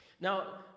Now